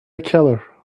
keller